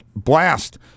blast